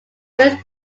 good